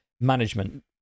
management